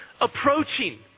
approaching